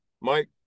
Mike